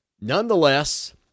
Nonetheless